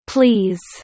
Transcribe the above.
Please